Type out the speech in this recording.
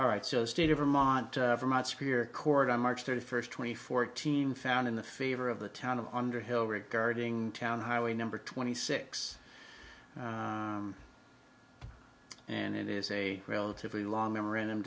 all right so state of vermont vermont superior court on march thirty first twenty four team found in the favor of the town of underhill regarding town highway number twenty six and it is a relatively long memorandum